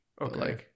Okay